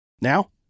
now